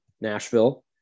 Nashville